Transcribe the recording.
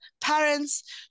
parents